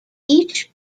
each